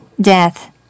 death